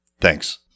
Thanks